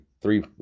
three